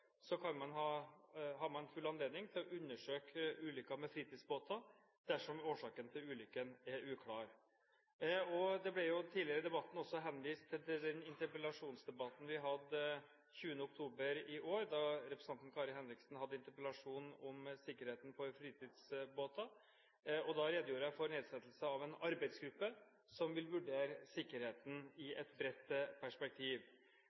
har man full anledning til å undersøke ulykker med fritidsbåter dersom årsaken til ulykken er uklar. Det ble tidligere i debatten også henvist til den interpellasjonsdebatten vi hadde 20. oktober i år, da representanten Kari Henriksen hadde interpellasjon om sikkerheten for fritidsbåter. Da redegjorde jeg for nedsettelse av en arbeidsgruppe som vil vurdere sikkerheten i et bredt perspektiv.